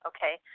Okay